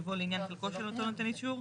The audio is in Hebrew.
יבוא "לעניין חלקו של אותו נותן אישור".